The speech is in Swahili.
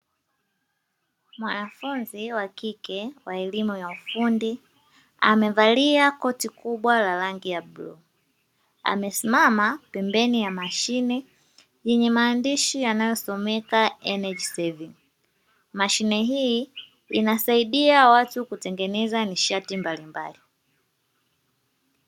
Mwanafunzi wa kike wa elimu ya ufundi amevalia koti kubwa la rangi ya bluu, amesimama pembeni ya mashine yenye maandishi yanayo someka "energy saving". Mashine hii inasaidia watu kuengeneza nishati mbalimbali.